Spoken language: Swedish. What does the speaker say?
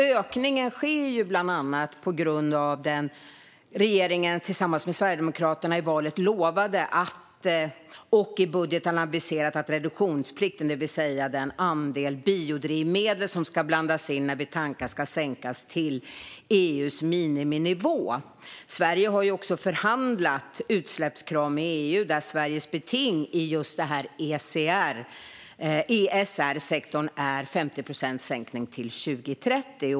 Ökningen sker bland annat på grund av att regeringen tillsammans med Sverigedemokraterna inför valet lovade och i budgeten har aviserat att reduktionsplikten, det vill säga den andel biodrivmedel som ska blandas in när vi tankar, ska sänkas till EU:s miniminivå. Sverige har också förhandlat om utsläppskrav med EU, där Sveriges beting i ESR-sektorn är 50 procents sänkning till 2030.